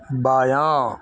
بایاں